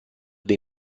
dei